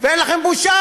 ואין לכם בושה.